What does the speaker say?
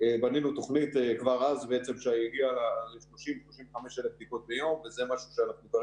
בנינו תוכנית כבר אז שהגיעה ל-35,000-30,000 בדיקות ביום ובעצם